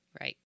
Right